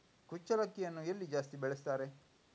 ಕುಚ್ಚಲಕ್ಕಿಯನ್ನು ಎಲ್ಲಿ ಜಾಸ್ತಿ ಬೆಳೆಸ್ತಾರೆ?